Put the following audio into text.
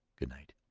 good night.